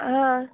आं